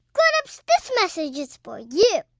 grown-ups, this message is for you